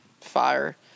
fire